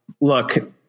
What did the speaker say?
look